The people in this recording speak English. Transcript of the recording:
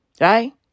Right